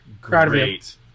Great